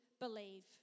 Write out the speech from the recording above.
believe